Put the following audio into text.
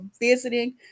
visiting